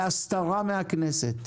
בהסתרה מהכנסת.